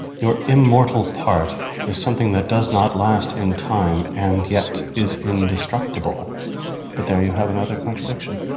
your immortal part is something that does not last in time and yet is indestructible but there you have another contradiction!